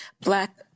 black